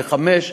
לחמש,